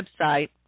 website